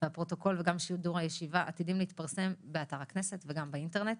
הפרוטוקול וגם שידור הישיבה עתידים להתפרסם באתר הכנסת וגם באינטרנט.